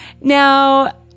Now